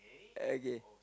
okay